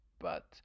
But